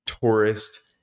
tourist